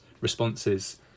responses